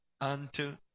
unto